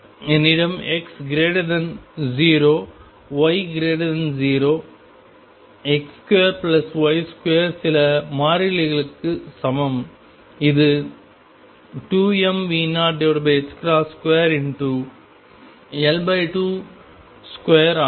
என்னிடம் X0 Y0 X2Y2 சில மாறிலிகளுக்கு சமம் இது 2mV02L22 ஆகும்